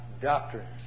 doctrines